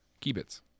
keybits